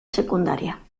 secundaria